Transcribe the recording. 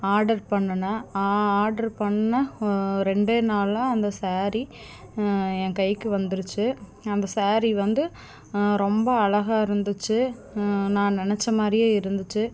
order பண்ணினேன் order பண்ண ரெண்டே நாளில் அந்த சேரீ என் கைக்கு வந்துருச்சு அந்த சேரீ வந்து ரொம்ப அழகா இருந்துச்சு நான் நினச்ச மாதிரியே இருந்துச்சு